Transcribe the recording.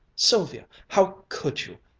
sylvia, how could you?